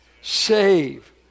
save